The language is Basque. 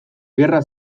gerra